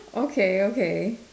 okay okay